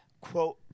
quote